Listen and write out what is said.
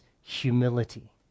humility